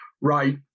Right